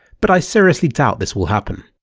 but i seriously doubt this will happen.